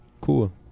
cool